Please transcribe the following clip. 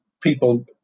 people